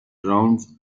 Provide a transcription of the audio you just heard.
rounds